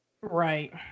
Right